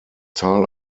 tal